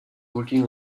walking